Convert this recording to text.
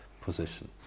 position